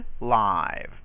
live